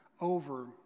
over